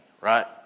right